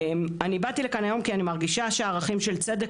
אני באתי לכאן היום כי אני מרגישה שהערכים של צדק,